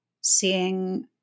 seeing